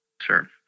Sure